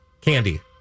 Candy